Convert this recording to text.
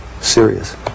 serious